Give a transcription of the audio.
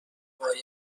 باید